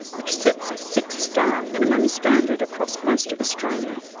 which sets a six-star minimum standard across most of australia.